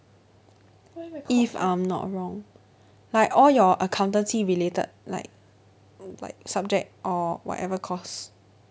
if I'm not wrong like all your accountancy related like like subject or whatever course